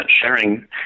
sharing